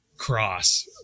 Cross